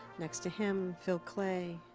next to him, phil clay,